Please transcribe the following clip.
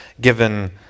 given